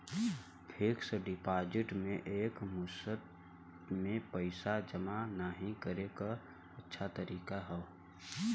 fixed deposit में एक मुश्त में पइसा जमा नाहीं करे क अच्छा तरीका हौ